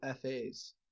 FAs